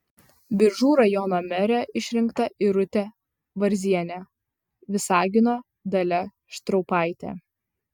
biržų rajono mere išrinkta irutė varzienė visagino dalia štraupaitė